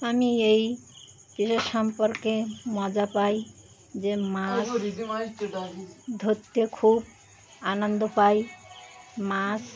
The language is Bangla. আমি এই তলের সম্পর্কে মজা পাই যে মাছ ধরতে খুব আনন্দ পাই মাছ